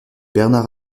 bernard